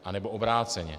Anebo obráceně.